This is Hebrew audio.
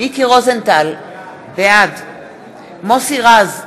מיקי רוזנטל, בעד מוסי רז,